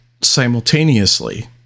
simultaneously